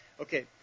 Okay